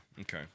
okay